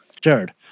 Jared